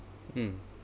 mm